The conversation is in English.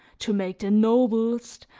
to make the noblest,